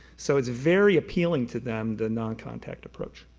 so it's very appealing to them the noncontact approach,